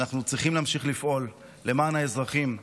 שאנחנו צריכים להמשיך לפעול למען האזרחים.